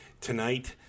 tonight